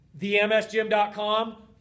Themsgym.com